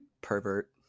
pervert